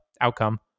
outcome